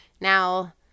Now